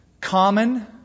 Common